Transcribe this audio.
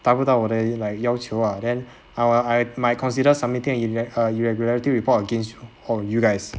达不到我的 like 要求 ah then I will I might consider submitting a irre~ a irregularity report against all you guys